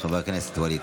חבר הכנסת ווליד